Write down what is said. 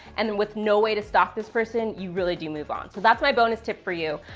and with no way to stalk this person, you really do move on. so that's my bonus tip for you.